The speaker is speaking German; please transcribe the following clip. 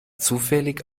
zufällig